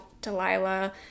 Delilah